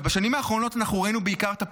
בשנים האחרונות ראינו בעיקר את הפרומו.